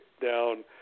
down